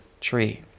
tree